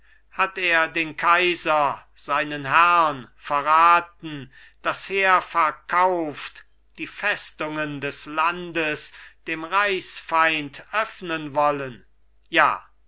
hat er den kaiser seinen herrn verraten das heer verkauft die festungen des landes dem reichsfeind öffnen wollen ja